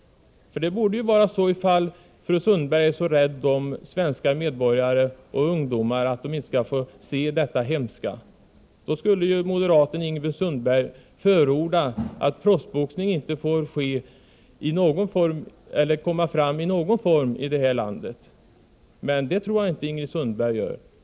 Ifall fru Sundberg är så rädd om svenska medborgare att hon inte vill att de skall få se detta hemska, borde ju moderaten Ingrid Sundberg förorda att proffsboxning inte får komma fram i någon form här i landet, men det tror jag inte att Ingrid Sundberg gör.